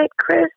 Chris